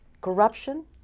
Corruption